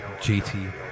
JT